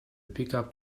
pickup